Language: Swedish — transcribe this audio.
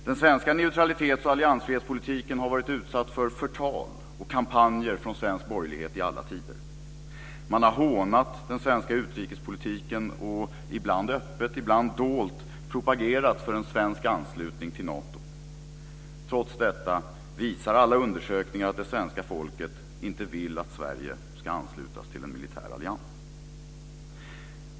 Den svenska neutralitets och alliansfrihetspolitiken har varit utsatt för förtal och kampanjer från svensk borgerlighet i alla tider. Man har hånat den svenska utrikespolitiken och - ibland öppet, ibland dolt - propagerat för en svensk anslutning till Nato. Trots detta visar alla undersökningar att det svenska folket inte vill att Sverige ska anslutas till en militär allians.